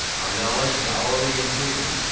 our knowledge is hourly improving.